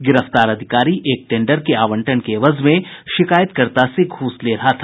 गिरफ्तार अधिकारी एक टेंडर के आवंटन के एवज में शिकायतकर्ता से घूस ले रहा था